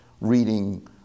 reading